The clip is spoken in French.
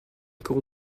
cours